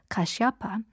Kashyapa